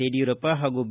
ಯಡಿಯೂರಪ್ಪ ಹಾಗೂ ಬಿ